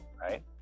right